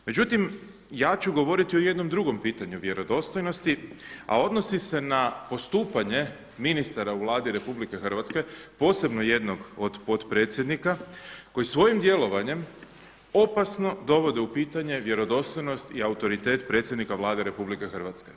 Međutim, ja ću govoriti o jednom drugom pitanju vjerodostojnosti a odnosi se na postupanje ministara u Vladi RH, posebno jednog od potpredsjednika koji svojim djelovanjem opasno dovoditi u pitanje vjerodostojnost i autoritet predsjednika Vlade RH.